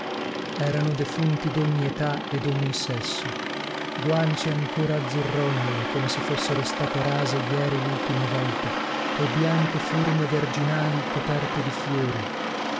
erano defunti dogni età e dogni sesso guance ancora azzurrognole come se fossero state rase ieri lultima volta e bianche forme verginali coperte di fiori